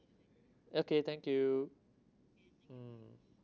okay thank you mm